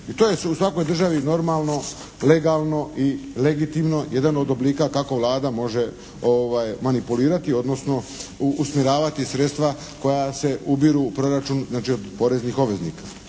I to je u svakoj državi normalno, legalno i legitimno, jedan od oblika kako Vlada može manipulirati, odnosno usmjeravati sredstva koja se ubiru u proračun znači od poreznih obveznika.